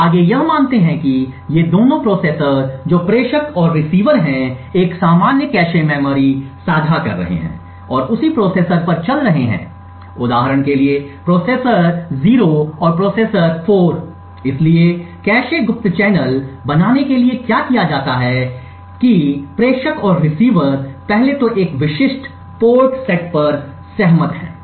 हम आगे यह मानते हैं कि ये दोनों प्रोसेसर जो प्रेषक और रिसीवर हैं एक सामान्य कैश मेमोरी साझा कर रहे हैं और उसी प्रोसेसर पर चल रहे हैं उदाहरण के लिए प्रोसेसर 0 और प्रोसेसर 4 इसलिए कैश गुप्त चैनल बनाने के लिए क्या किया जाता है यह है कि प्रेषक और रिसीवर पहले तो एक विशिष्ट पोर्ट सेट पर सहमत हैं